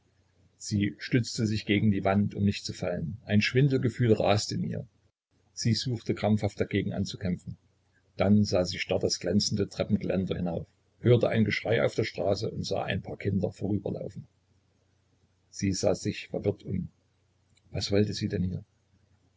sie stützte sich gegen die wand um nicht zu fallen ein schwindelgefühl raste in ihr sie suchte krampfhaft dagegen anzukämpfen dann sah sie starr das glänzende treppengeländer hinauf hörte ein geschrei auf der straße und sah ein paar kinder vorüberlaufen sie sah sich verwirrt um was wollte sie denn hier